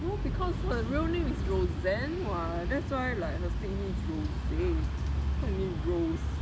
no because her real name is roseanne [what] that's why her stage name is rose what you mean rose